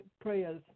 prayers